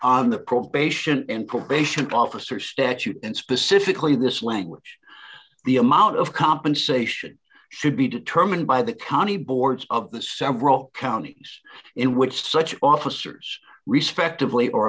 on the probation and probation officer statute and specifically this language the amount of compensation should be determined by the county boards of the several counties in which such officers respectively or